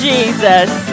Jesus